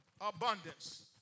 abundance